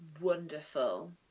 wonderful